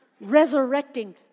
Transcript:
resurrecting